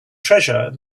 treasure